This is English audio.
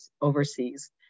overseas